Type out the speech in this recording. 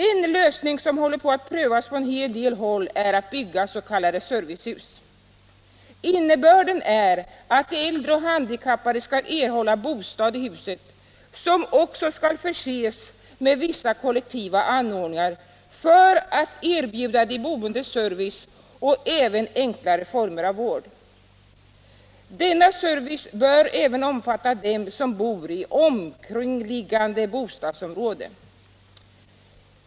En lösning som håller på att prövas på en hel del håll är att bygga s.k. servicehus. Innebörden är att äldre och handikappade skall erhålla bostad i huset, som också skall förses med vissa kollektiva anordningar för att erbjuda de boende service och även enklare former av vård. Denna service bör även omfatta dem som bor i omkringliggande bostadsområde.